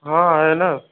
हाँ है ना